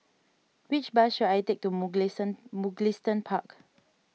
which bus should I take to Mugliston Mugliston Park